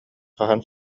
хаһан